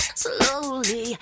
slowly